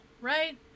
right